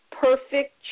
perfect